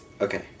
okay